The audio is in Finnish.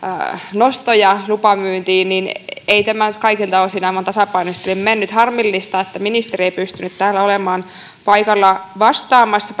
nostoja lupamyyntiin eli ei tämä kyllä kaikilta osin aivan tasapainoisesti ole mennyt harmillista että ministeri ei pystynyt täällä olemaan paikalla vastaamassa